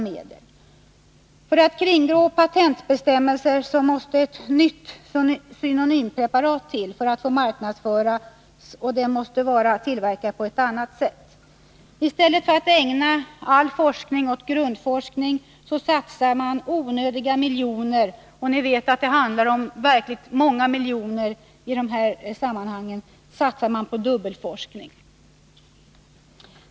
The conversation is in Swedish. Men för att kringgå patentbestämmelserna måste ett nytt synonympreparat för att få marknadsföras vara tillverkat på ett annat sätt. I stället för att ägna all forskning åt grundforskning satsas onödiga miljoner — och ni vet att det handlar om verkligt många miljoner — på dubbelforskning.